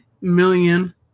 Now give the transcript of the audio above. million